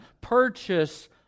Purchase